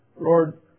Lord